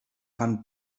fan